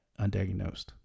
undiagnosed